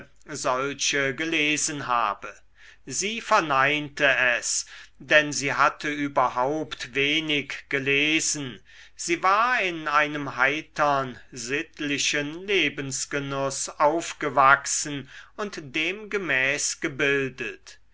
solche gelesen habe sie verneinte es denn sie hatte überhaupt wenig gelesen sie war in einem heitern sittlichen lebensgenuß aufgewachsen und demgemäß gebildet